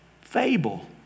fable